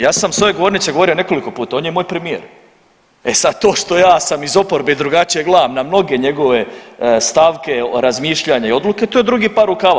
Ja sam s ove govornice govorio nekoliko puta, on je moj premijer, e sad to što ja sam iz oporbe i drugačije gledam na mnoge njegove stavke, razmišljanja i odluke to je drugi par rukava.